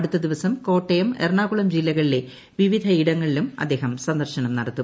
അടുത്ത ദിവസം കോട്ടയം എറണാകുളം ജില്ലകളിലെ വിവിധ ഇടങ്ങളിലും അദ്ദേഹം സന്ദർശനം നടത്തും